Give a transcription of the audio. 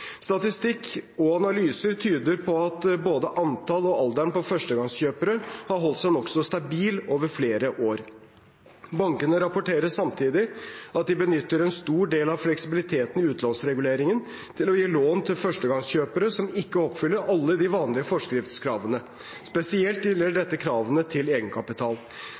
Statistikk og analyser tyder på at både antall og alderen på førstegangskjøpere har holdt seg nokså stabil over flere år. Bankene rapporterer samtidig at de benytter en stor del av fleksibiliteten i utlånsreguleringen til å gi lån til førstegangskjøpere som ikke oppfyller alle de vanlige forskriftskravene. Spesielt gjelder dette kravene til egenkapital.